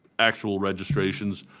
actual registrations.